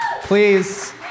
please